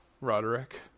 Roderick